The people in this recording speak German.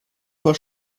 vor